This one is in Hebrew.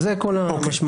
זה כל המשמעות.